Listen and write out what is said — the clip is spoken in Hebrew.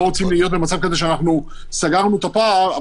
לא רוצים להיות במצב כזה שסגרנו את הפער,